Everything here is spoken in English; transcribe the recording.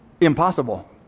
impossible